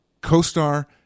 co-star